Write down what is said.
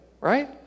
right